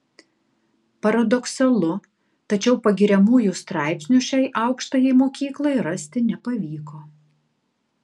paradoksalu tačiau pagiriamųjų straipsnių šiai aukštajai mokyklai rasti nepavyko